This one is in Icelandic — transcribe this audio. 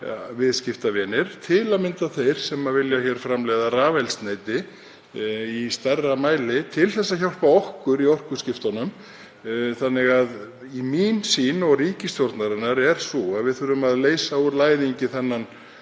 viðskiptavinir, til að mynda þeir sem vilja framleiða hér rafeldsneyti í meira mæli til að hjálpa okkur í orkuskiptunum. Þannig að mín sýn og ríkisstjórnarinnar er sú að við þurfum að leysa úr læðingi þennan